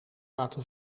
laten